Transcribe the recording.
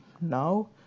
Now